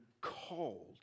called